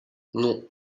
non